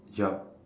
yup